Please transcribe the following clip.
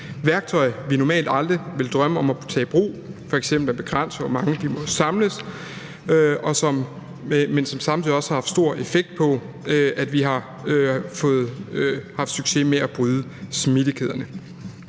værktøjer, som vi normalt aldrig ville drømme om at tage i brug, f.eks. at begrænse, hvor mange vi må samles, men som samtidig også har haft en stor effekt på, at vi har haft succes med at bryde smittekæderne.